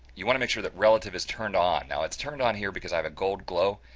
you want to make sure that relative is turned on. now, it's turned on here because i have a gold glow.